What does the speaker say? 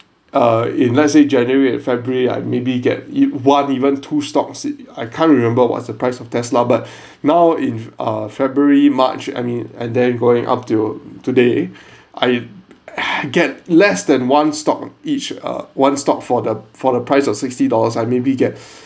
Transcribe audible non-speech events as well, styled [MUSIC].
uh in let's say january and february I maybe get one even two stocks it I can't remember what's the price of tesla but [BREATH] now in uh february march I mean and then going up till today [BREATH] I get less than one stock each uh one stock for the for the price of sixty dollars I maybe get